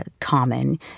common